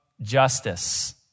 justice